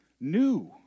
new